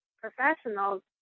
professionals